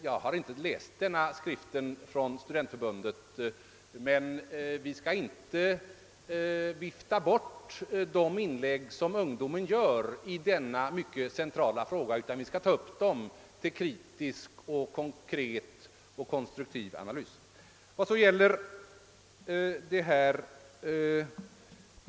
Jag har inte läst denna skrift från studentförbundet, men vi bör inte vifta bort de inlägg som ungdomarna gör i denna mycket centrala fråga, utan vi bör ta upp dem till kritisk, konkret och konstruktiv analys.